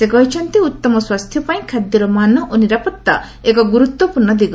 ସେ କହିଛନ୍ତି ଉତ୍ତମ ସ୍ୱାସ୍ଥ୍ୟପାଇଁ ଖାଦ୍ୟର ମାନ ଓ ନିରାପତ୍ତା ଏକ ଗୁରୁତ୍ୱପୂର୍ଣ୍ଣ ଦିଗ